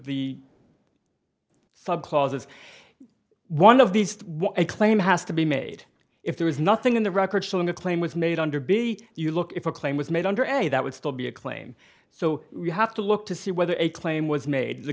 the subclauses one of these a claim has to be made if there is nothing in the record showing the claim was made under be you look if a claim was made under any that would still be a claim so you have to look to see whether a claim was made the